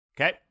Okay